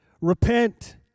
Repent